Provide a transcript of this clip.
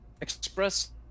express